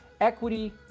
equity